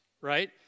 right